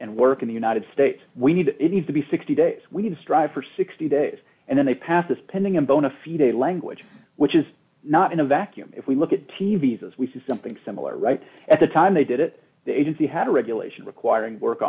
and work in the united states we need to be sixty days we need to strive for sixty days and then they pass the spending and bone a few day language which is not in a vacuum if we look at t v s as we see something similar right at the time they did it the agency had a regulation requiring work